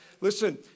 Listen